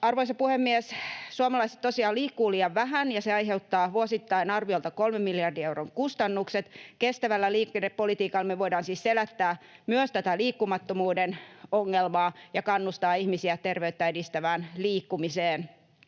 Arvoisa puhemies! Suomalaiset tosiaan liikkuvat liian vähän, ja se aiheuttaa vuosittain arviolta kolmen miljardin euron kustannukset. Kestävällä liikennepolitiikalla me voidaan siis selättää myös tätä liikkumattomuuden ongelmaa ja kannustaa ihmisiä terveyttä edistävään liikkumiseen.